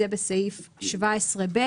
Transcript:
זה בסעיף 17(ב),